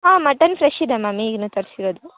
ಹಾಂ mutton fresh ಇದೆ ma'am ಈಗ ಇನ್ನು ತರಿಸಿರೋದು